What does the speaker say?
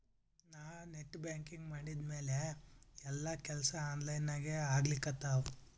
ನಾ net banking ಮಾಡಿದ್ಮ್ಯಾಲ ಎಲ್ಲಾ ಕೆಲ್ಸಾ ಆನ್ಲೈನಾಗೇ ಆಗ್ಲಿಕತ್ತಾವ